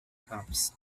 camps